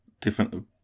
different